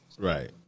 Right